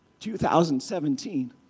2017